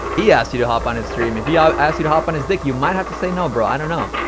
he asked you to hop on his stream, if you ah asked you to hop on his d-ck, you might have to say no, bro, i don't know.